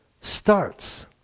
starts